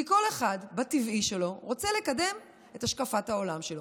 כל אחד, בטבעי שלו, רוצה לקדם את השקפת העולם שלו.